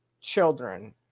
children